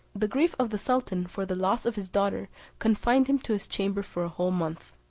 the grief of the sultan for the loss of his daughter confined him to his chamber for a whole month.